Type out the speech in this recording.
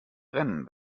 rennen